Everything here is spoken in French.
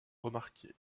remarqué